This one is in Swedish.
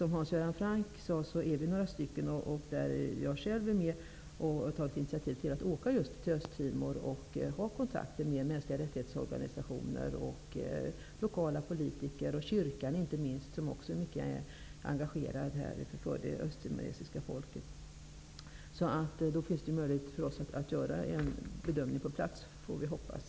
Som Hans Göran Franck sade är vi några stycken som har tagit initiativ till att åka just till Östtimor och ta kontakter med organisationer för mänskliga rättigheter, med lokala politiker och inte minst med kyrkan. Den är ju också mycket engagerad för det östtimoresiska folket. Då finns det möjlighet för oss att göra en bedömning på plats, får vi hoppas.